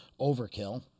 Overkill